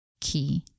key